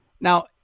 Now